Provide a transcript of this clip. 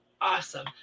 Awesome